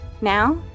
now